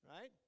right